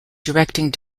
directing